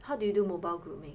how do you do mobile grooming